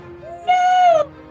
No